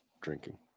drinking